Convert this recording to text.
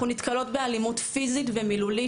אנחנו נתקלות באלימות פיזית ומילולית